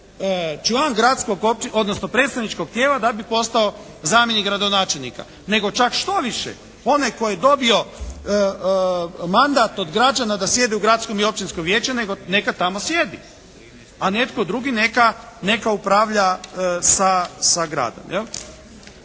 odnosno predstavničkog tijela da bi postao zamjenik gradonačelnika. Nego čak štoviše onaj tko je dobio mandat od građana da sjedi u gradskom i općinskom vijeću neka tamo sjedi. A netko drugi neka, neka upravlja sa gradom